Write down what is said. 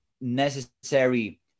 necessary